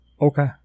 Okay